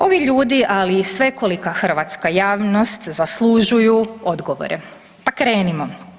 Ovi ljudi ali i svekolika hrvatska javnost zaslužuju odgovore, pa krenimo.